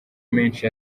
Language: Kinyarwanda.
menshi